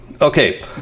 Okay